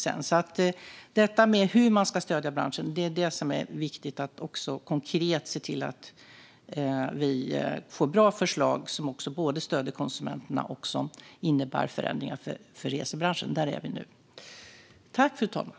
För att stödja branschen är det viktigt med bra och konkreta förslag som både stöder konsumenterna och innebär förändringar för resebranschen. Det är där vi är nu.